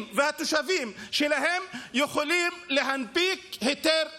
והתושבים שלהן יכולים להנפיק היתר בנייה?